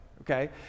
okay